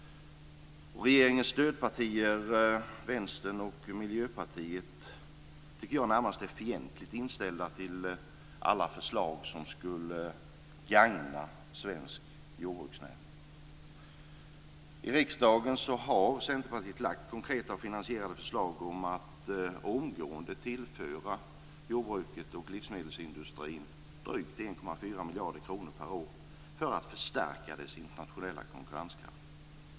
Regeringens stödpartier Vänstern och Miljöpartiet är närmast fientligt inställda till alla förslag som skulle gagna svensk jordbruksnäring. I riksdagen har Centerpartiet lagt fram konkreta finansierade förslag att omgående tillföra jordbruket och livsmedelsindustrin drygt 1,4 miljarder kronor per år för att förstärka dess internationella konkurrenskraft.